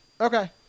okay